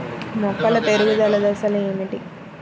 మొక్కల పెరుగుదల దశలు ఏమిటి?